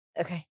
Okay